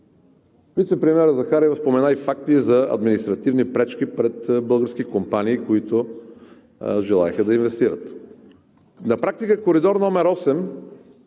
Вицепремиерът Захариева спомена и факти за административни пречки пред български компании, които желаеха да инвестират. На практика Коридор № 8